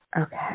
Okay